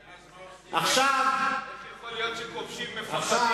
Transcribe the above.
ואז מה עושים, איך יכול להיות שכובשים מפחדים?